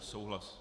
Souhlas.